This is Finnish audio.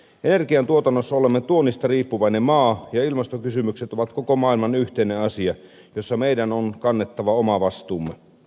energiantuotannossa olemme tuonnista riippuvainen maa ja ilmastokysymykset ovat koko maailman yhteinen asia josta meidän on kannettava oma vastuumme